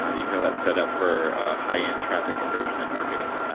ah you can go that set up for a high end traffic conversion and marketing,